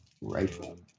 Rifle